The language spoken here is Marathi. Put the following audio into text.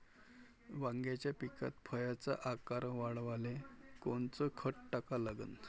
वांग्याच्या पिकात फळाचा आकार वाढवाले कोनचं खत टाका लागन?